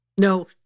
no